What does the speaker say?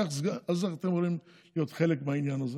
אז איך אתם יכולים להיות חלק בעניין הזה?